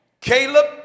Caleb